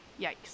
Yikes